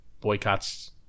boycotts